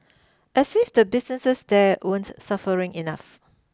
as if the businesses there weren't suffering enough